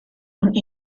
und